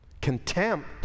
Contempt